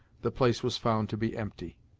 the place was found to be empty.